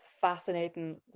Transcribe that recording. fascinating